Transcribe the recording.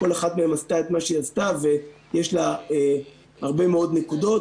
כל אחת מהן עשתה את מה שהיא עשתה ויש לה הרבה מאוד נקודות.